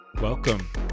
Welcome